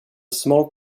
small